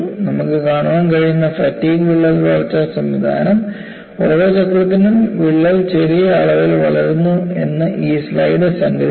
നമുക്ക് കാണാൻ കഴിയുന്ന ഫാറ്റിഗ് വിള്ളൽ വളർച്ചാ സംവിധാനം ഓരോ ചക്രത്തിനും വിള്ളൽ ചെറിയ അളവിൽ വളരുന്നു എന്ന് ഈ സ്ലൈഡ് സംഗ്രഹിക്കുന്നു